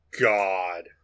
God